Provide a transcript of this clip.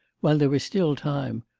while there is still time,